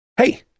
Hey